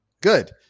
good